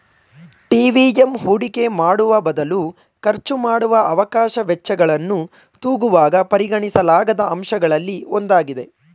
TVM ಹೂಡಿಕೆ ಮಾಡುವಬದಲು ಖರ್ಚುಮಾಡುವ ಅವಕಾಶ ವೆಚ್ಚಗಳನ್ನು ತೂಗುವಾಗ ಪರಿಗಣಿಸಲಾದ ಅಂಶಗಳಲ್ಲಿ ಒಂದಾಗಿದೆ